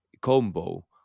Combo